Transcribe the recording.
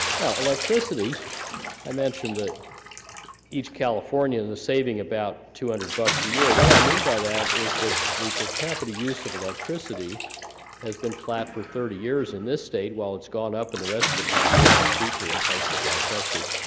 now electricity i mentioned that each californian is saving about two hundred bucks a year what i mean by that is that the per capita use of electricity has been flat for thirty years in this state while it's gone up in the rest of the country, and up steeply in places like texas.